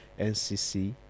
ncc